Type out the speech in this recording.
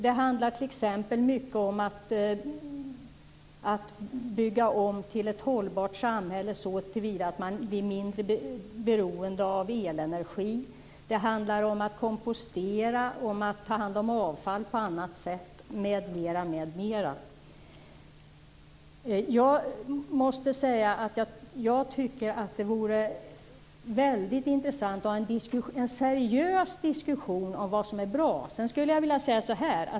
Det handlar mycket om att bygga om till ett ekologiskt hållbart samhälle, så till vida att man blir mindre beroende av elenergi. Det handlar om att kompostera och ta hand om avfall på annat sätt, m.m. Jag tycker att det vore väldigt intressant att ha en seriös diskussion om vad som är bra.